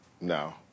No